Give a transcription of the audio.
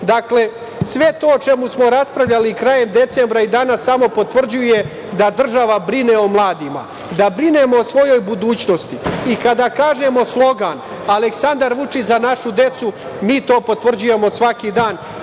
dete. Dakle, sve to o čemu smo raspravljali krajem decembra i danas samo potvrđuje da država brine o mladima, da brinemo o svojoj budućnosti. Kada kažemo slogan „Aleksandar Vučić - Za našu decu“, mi to potvrđujemo svaki dan